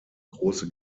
große